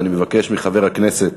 ואני מבקש מחבר הכנסת